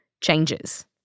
changes